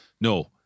no